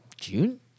June